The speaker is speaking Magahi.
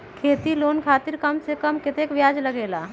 खेती लोन खातीर कम से कम कतेक ब्याज लगेला?